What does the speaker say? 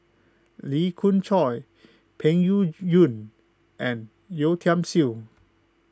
Lee Khoon Choy Peng Yuyun and Yeo Tiam Siew